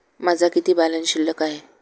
माझा किती बॅलन्स शिल्लक आहे?